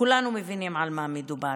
כולנו מבינים על מה מדובר.